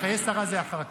חיי שרה זה אחר כך.